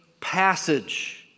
passage